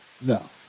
No